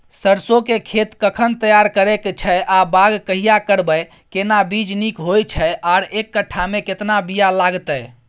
सरसो के खेत कखन तैयार करै के छै आ बाग कहिया करबै, केना बीज नीक होय छै आर एक कट्ठा मे केतना बीया लागतै?